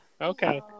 okay